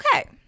okay